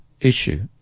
issue